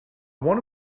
want